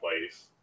place